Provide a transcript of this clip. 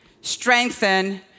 strengthen